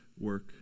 work